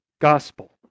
gospel